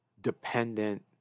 dependent